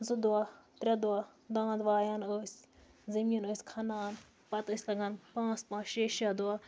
زٕ دۄہ ترٛےٚ دۄہ دانٛد وایان ٲسۍ زٔمیٖن ٲسۍ کھَنان پَتہٕ ٲسۍ لَگان پانٛژھ پانٛژھ شےٚ شےٚ دۄہ